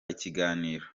ikiganiro